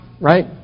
right